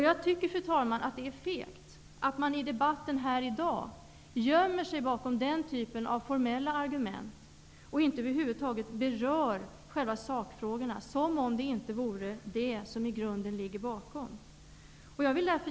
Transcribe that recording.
Jag tycker, fru talman, att man är feg när man i debatten här i dag gömmer sig bakom formella argument och över huvud taget inte berör sakfrågorna, som om det inte vore dessa som i grunden ligger bakom.